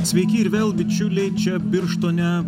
sveiki ir vėl bičiuliai čia birštone